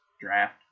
draft